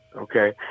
okay